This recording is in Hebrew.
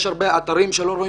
יש הרבה אתרים שלא רואים